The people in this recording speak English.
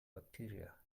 bacteria